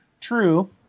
true